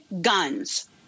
guns